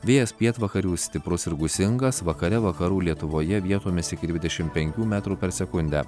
vėjas pietvakarių stiprus ir gūsingas vakare vakarų lietuvoje vietomis iki dvidešimt penkių metrų per sekundę